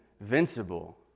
invincible